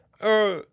uh